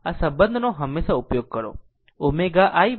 આ સંબંધનો હંમેશાં ઉપયોગ કરો ω i 2π T